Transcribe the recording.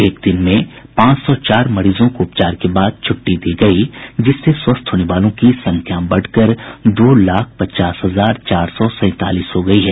एक दिन में पांच सौ चार मरीजों को उपचार के बाद छूट्टी दी गई जिससे स्वस्थ होने वालों की संख्या बढ़कर दो लाख पचास हजार चार सौ सैंतालीस हो गई है